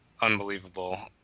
unbelievable